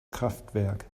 kraftwerk